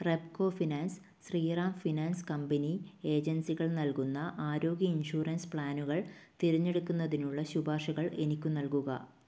Repco finance Shriram finance company ഏജൻസികൾ നൽകുന്ന ആരോഗ്യ ഇൻഷൂറൻസ് പ്ലാനുകൾ തിരഞ്ഞെടുക്കുന്നതിനുള്ള ശുപാർശകൾ എനിയ്ക്കു നൽകുക